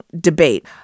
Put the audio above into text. debate